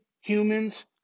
humans